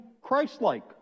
Christ-like